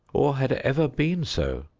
or had ever been so.